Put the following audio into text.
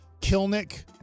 Kilnick